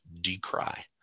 decry